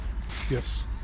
Yes